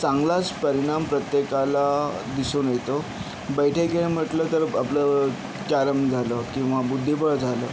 चांगलाच परिणाम प्रत्येकाला दिसून येतो बैठे खेळ म्हटलं तर आपलं कॅरम झालं किंवा बुद्धिबळ झालं